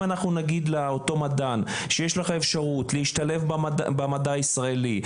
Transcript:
אם אנחנו נגיד לאותו מדען שיש לך אפשרות להשתלב במדע הישראלי,